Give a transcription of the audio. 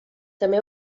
també